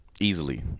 Easily